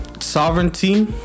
Sovereignty